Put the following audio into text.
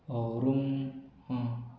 ହେଉ ରୁମ୍ ହଁ